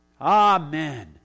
Amen